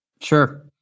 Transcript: Sure